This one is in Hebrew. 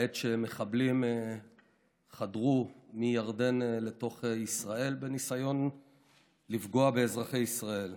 בעת שמחבלים חדרו מירדן לתוך ישראל בניסיון לפגוע באזרחי ישראל.